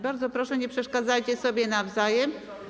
Bardzo proszę, nie przeszkadzajcie sobie nawzajem.